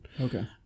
Okay